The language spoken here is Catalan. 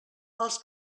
els